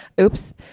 oops